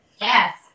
Yes